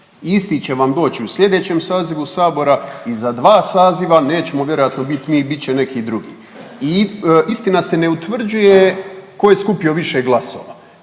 isti će vam doć i u slijedećem sazivu sabora i za dva saziva, nećemo vjerojatno bit mi, bit će neki drugi. I istina se ne utvrđuje tko je skupio više glasova,